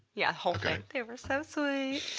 yeah, whole thing. they were so sweeeeet.